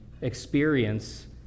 experience